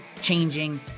changing